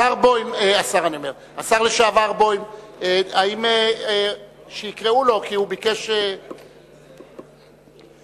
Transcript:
השר לשעבר בוים, שיקראו לשר לשעבר בוים.